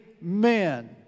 men